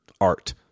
art